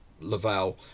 Lavelle